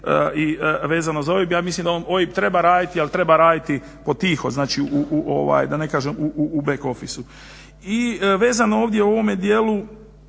i vezano za OIB. Ja mislim da on OIB treba raditi, ali treba raditi po tiho, znači u da ne kažem, u back officu. I vezano ovdje u ovome dijelu